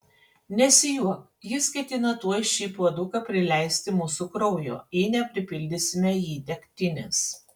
nesijuok jis ketina tuoj šį puoduką prileisti mūsų kraujo jei nepripildysime jį degtinės